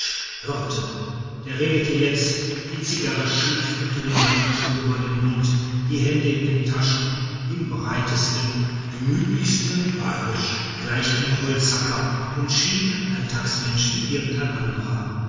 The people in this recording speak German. hörte der redete jetzt die zigarre schief unter dem langen schnurrbart im mund die hände in den taschen im breitesten gemütlichsten bayrisch gleich einem holzhacker und schien ein alltagsmensch wie irgendein anderer